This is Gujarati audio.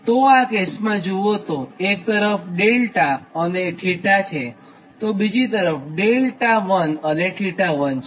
તો આ કેસમાં જુઓ તો એક તરફ 𝛿 અને 𝜃 છેઅને બીજી તરફ 𝛿1 અને 𝜃1 છે